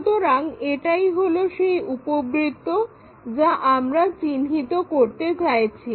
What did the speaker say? সুতরাং এটাই হলো সেই উপবৃত্ত যা আমরা চিহ্নিত করতে চাইছি